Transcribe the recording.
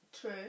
True